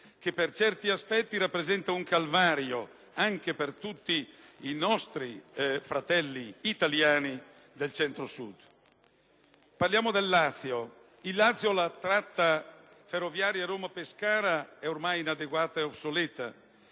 che per certi aspetti rappresenta un calvario anche per tutti i nostri fratelli italiani del Centro-Sud. Parliamo del Lazio: la tratta ferroviaria Roma-Pescara è ormai inadeguata ed obsoleta